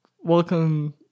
welcome